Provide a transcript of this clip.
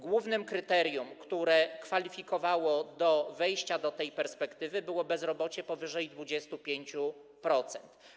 Głównym kryterium, które kwalifikowało do wejścia do tej perspektywy, było bezrobocie powyżej 25%.